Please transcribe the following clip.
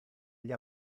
gli